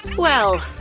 well,